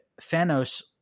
Thanos